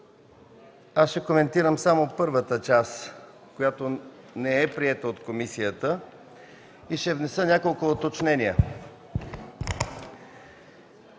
Ще коментирам само първата част, която не е приета от комисията и ще внеса няколко уточнения.